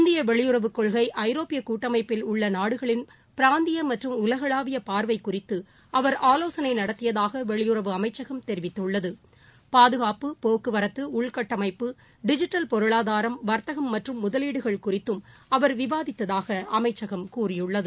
இந்திய வெளியுறவுக் கொள்கை ஐரோப்பிய கூட்டமைப்பில் உள்ள நாடுகளின் பிராந்திய மற்றும் உலகளாவிய பார்வை குறித்து அவர் ஆலோசனை நடத்தியதாக வெளியறவு அமைச்சகம் தெரிவித்தள்ளது பாதுகாப்பு போக்குவரத்து உள்கட்டமைப்பு டிஜிட்டல் பொருளாதாரம் வர்த்தகம் மற்றும் முதலீடுகள் குறித்தும் அவர் விவாதித்ததாக அமைச்சம் கூறியுள்ளது